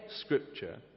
scripture